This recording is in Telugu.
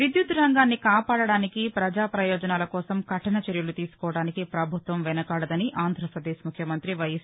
విద్యుత్తు రంగాన్ని కాపాడటానికి ప్రజా ప్రయోజనాల కోసం కఠిన చర్యలు తీసుకోవడానికి ప్రభుత్వం వెనుకాడదని ఆంధ్రప్రదేశ్ ముఖ్యమంతి వైఎస్